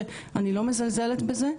שאני חלילה לא מזלזלת בזה,